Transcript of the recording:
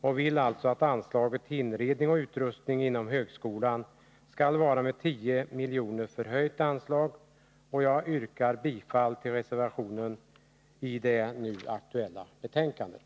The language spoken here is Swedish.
Vi vill att anslaget till inredning och utrustning inom högskolan skall höjas med 10 milj.kr. Jag yrkar bifall till reservationen i det nu aktuella betänkandet.